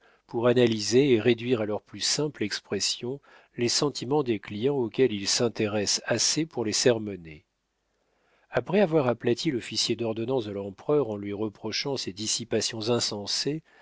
pour analyser et réduire à leur plus simple expression les sentiments des clients auxquels ils s'intéressent assez pour les sermonner après avoir aplati l'officier d'ordonnance de l'empereur en lui reprochant ses dissipations insensées